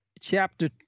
chapter